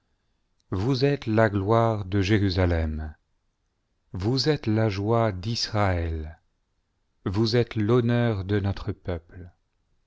vous êtes la gloire de jérubalem vous êtes la joie d'israël vous êtes l'honneur de notre peuple